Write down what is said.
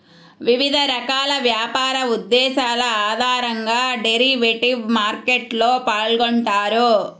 వివిధ రకాల వ్యాపార ఉద్దేశాల ఆధారంగా డెరివేటివ్ మార్కెట్లో పాల్గొంటారు